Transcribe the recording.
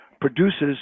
produces